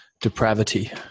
depravity